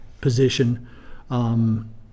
position